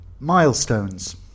Milestones